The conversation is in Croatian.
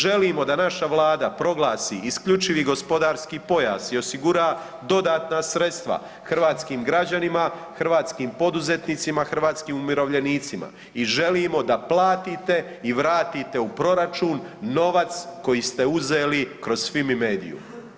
Želimo da naša Vlada proglasi isključivi gospodarski pojas i osigura dodatna sredstva hrvatskim građanima, hrvatskim poduzetnicima, hrvatskim umirovljenicima i želimo da platite i vratite u proračun novac koji ste uzeli kroz Fimi mediu.